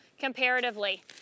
comparatively